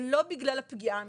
ולא בגלל הפגיעה המינית.